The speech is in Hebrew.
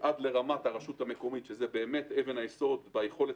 עד לרמת הרשות המקומית זאת באמת אבן היסוד ביכולת